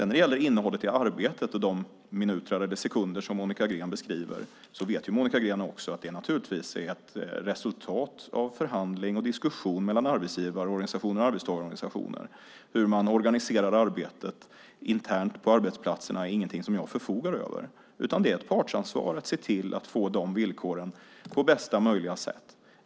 När det gäller innehållet i arbetet och de minuter eller sekunder som Monica Green beskriver vet hon också att det naturligtvis är ett resultat av förhandling och diskussion mellan arbetsgivarorganisationer och arbetstagarorganisationer. Hur man organiserar arbetet internt på arbetsplatserna är ingenting som jag förfogar över, utan det är ett partsansvar att se till att få de villkoren på bästa möjliga sätt.